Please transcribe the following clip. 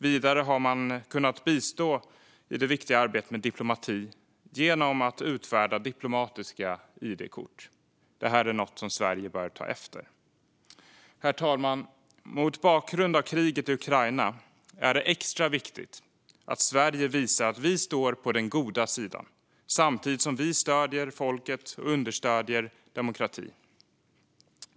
Vidare har man kunnat bistå i det viktiga arbetet med diplomati genom att utfärda diplomatiska id-kort. Detta är något som Sverige bör ta efter. Herr talman! Mot bakgrund av kriget i Ukraina är det extra viktigt att Sverige visar att vi står på den goda sidan samtidigt som vi stöder folket och understöder demokrati.